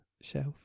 shelf